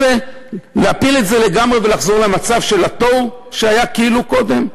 להפיל את זה לגמרי ולחזור למצב התוהו שהיה קודם?